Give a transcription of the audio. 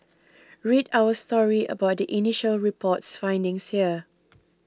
read our story about the initial report's findings here